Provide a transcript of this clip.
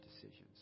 decisions